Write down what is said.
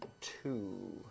Two